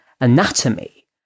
anatomy